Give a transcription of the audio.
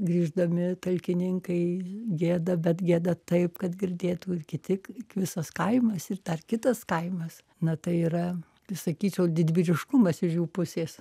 grįždami talkininkai gieda bet gieda taip kad girdėtų ir kiti visas kaimas ir dar kitas kaimas na tai yra sakyčiau didvyriškumas iš jų pusės